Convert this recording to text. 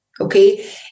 Okay